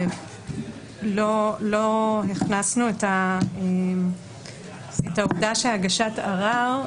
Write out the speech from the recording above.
לא הכנסנו את העובדה שהגשת ערר,